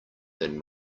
than